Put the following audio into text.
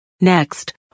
Next